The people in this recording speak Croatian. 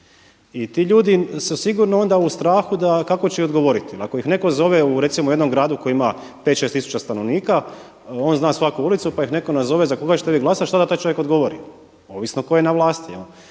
i ti ljudi su sigurno onda u strahu da kako će odgovoriti. Jer ako ih netko zove recimo u jednom gradu koji ima pet, šest tisuća stanovnika, on zna svaku ulicu pa ih netko nazove za koga ćete vi glasati. Šta da taj čovjek odgovori? Ovisno tko je na vlasti.